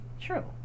true